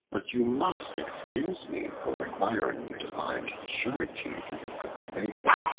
but you must excuse me for requiring you to find surety for your good faith,